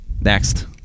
next